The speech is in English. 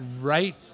right